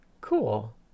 Cool